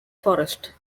forest